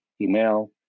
email